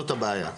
זאת הבעיה.